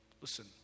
Listen